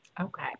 Okay